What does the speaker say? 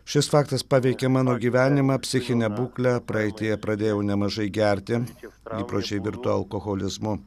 šis faktas paveikė mano gyvenimą psichinę būklę praeityje pradėjau nemažai gerti įpročiai virto alkoholizmu